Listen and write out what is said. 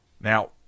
Now